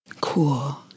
Cool